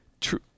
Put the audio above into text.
True